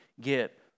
get